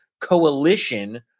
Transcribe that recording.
coalition